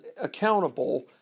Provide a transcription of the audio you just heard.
accountable